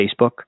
Facebook